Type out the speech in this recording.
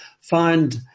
find